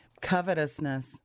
covetousness